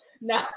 no